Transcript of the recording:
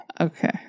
Okay